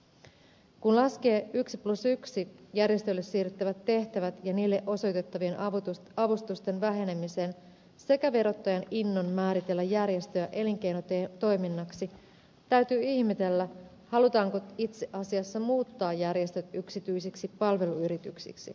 kun laskee yksi plus yksi järjestöille siirrettävät tehtävät ja niille osoitettavien avustusten vähenemisen sekä verottajan innon määritellä järjestöjä elinkeinotoiminnaksi täytyy ihmetellä halutaanko itse asiassa muuttaa järjestöt yksityisiksi palveluyrityksiksi